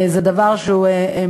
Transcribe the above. זה דבר שמתבקש,